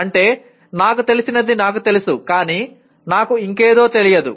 అంటే నాకు తెలిసినది నాకు తెలుసు కానీ నాకు ఇంకేదో తెలియదు